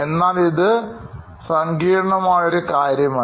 എന്നാൽ ഇത് സങ്കീർണമായ ഒരു കാര്യമല്ല